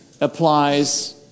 applies